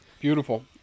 beautiful